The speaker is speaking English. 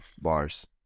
Bars